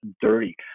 dirty